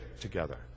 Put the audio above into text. together